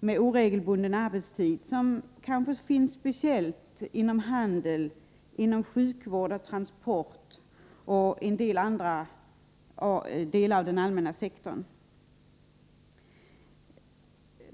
med oregelbunden arbetstid, speciellt arbetstagare inom handel, sjukvård, transport och andra delar av den allmänna sektorn.